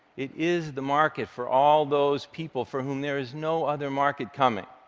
it is the market for all those people for whom there is no other market coming.